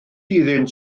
iddynt